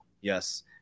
yes